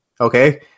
okay